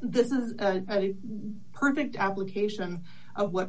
this is the perfect application of what